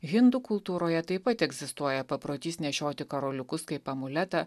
hindu kultūroje taip pat egzistuoja paprotys nešioti karoliukus kaip amuletą